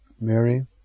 Mary